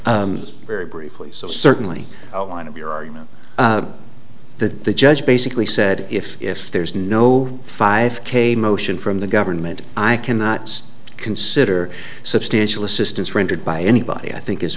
very briefly so certainly outline of your argument that the judge basically said if if there's no five k motion from the government i cannot consider substantial assistance rendered by anybody i think is